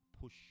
push